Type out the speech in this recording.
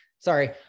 Sorry